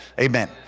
Amen